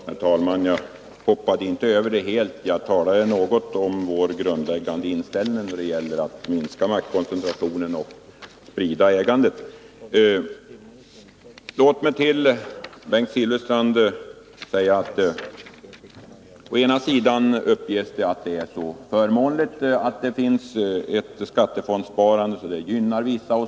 Herr talman! Jag hoppade inte över frågan helt utan talade något om vår grundläggande inställning då det gäller att minska maktkoncentrationen och sprida ägandet. Låt mig till Bengt Silfverstrand säga: Å ena sidan uppges det vara fördelaktigt att det finns ett skattefondssparande, eftersom det gynnar vissa.